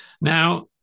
Now